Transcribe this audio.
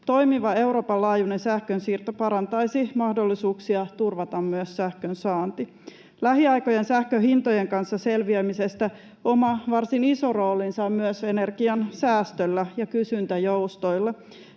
Toimiva Euroopan laajuinen sähkönsiirto parantaisi mahdollisuuksia turvata myös sähkön saanti. Lähiaikojen sähkönhintojen kanssa selviämisessä oma, varsin iso roolinsa on myös energian säästöllä ja kysyntäjoustoilla,